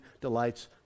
delights